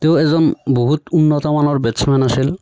তেওঁ এজন বহুত উন্নতমানৰ বেটছমেন আছিল